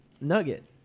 nugget